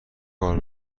کار